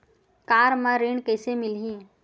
Car म ऋण कइसे मिलही?